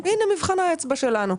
הינה מבחן האצבע שלנו.